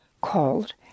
called